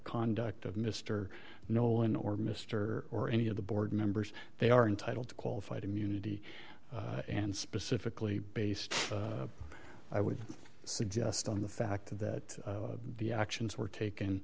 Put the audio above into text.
conduct of mr nolan or mr or any of the board members they are entitled to qualified immunity and specifically based i would suggest on the fact that the actions were taken